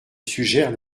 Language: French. suggère